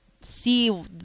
see